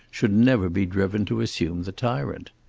should never be driven to assume the tyrant.